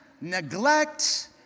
neglect